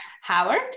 Howard